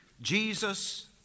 Jesus